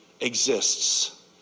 exists